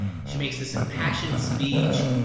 she makes this impassioned speech.